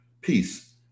peace